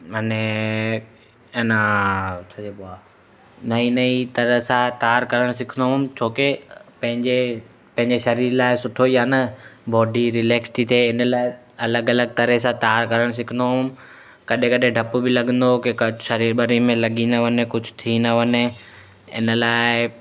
अने इन छा चइबो आहे नईं नईं तरह सां तार करणु सिखंदो हुउमि छोकी पंहिंजे पंहिंजे शरीर लाइ सुठो ई आहे न बॉडी रिलेक्स थी थिए इन लाइ अलॻि अलॻि तरह सां तार करणु सिखंदो हुउमि कॾहिं कॾहिं डप बि लॻंदो हुओ की कुझु शरीर वरीर में लॻी न वञे कुझु थी न वञे इन लाइ